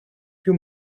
più